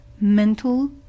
mental